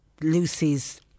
Lucy's